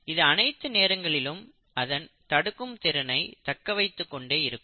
இது அனைத்து நேரங்களிலும் அதன் தடுக்கும் திறனைத் தக்க வைத்துக் கொண்டே இருக்கும்